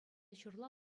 ҫурла